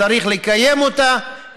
צריך לקיים אותה,